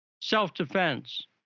self-defense